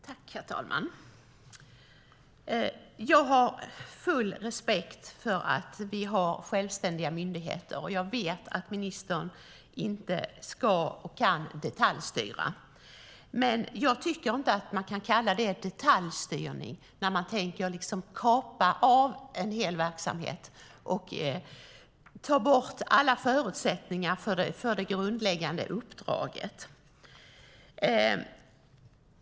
Herr talman! Jag har full respekt för att vi har självständiga myndigheter, och jag vet att ministern inte ska eller kan detaljstyra. Men jag tycker inte att man kan kalla det detaljstyrning när man tänker kapa av en hel verksamhet och ta bort alla förutsättningar för det grundläggande uppdraget.